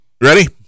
Ready